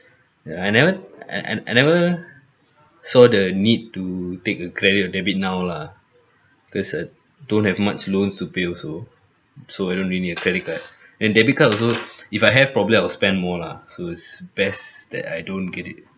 ya I never I I I never saw the need to take a credit or debit now lah cause uh don't have much loans to pay also so I don't really need a credit card and debit card also if I have probably I will spend more lah so it's best that I don't get it